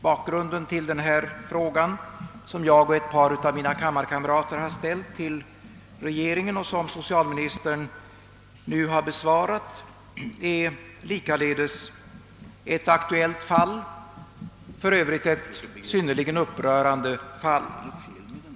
Bakgrunden till de frågor, som jag och ett par kammarkamrater ställt till regeringen och som socialministern nu har besvarat, är också ett aktuellt fall — för övrigt ett synnerligen upprörande fall.